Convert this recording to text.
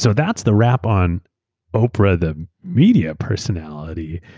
so that's the wrap on oprah the media personality,